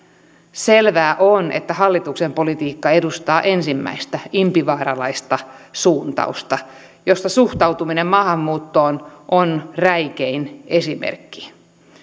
selvää on että hallituksen politiikka edustaa ensimmäistä impivaaralaista suuntausta josta suhtautuminen maahanmuuttoon on räikein esimerkki